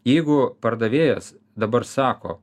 jeigu pardavėjas dabar sako